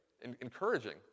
Encouraging